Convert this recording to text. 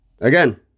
again